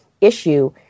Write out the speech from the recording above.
issue